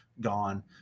gone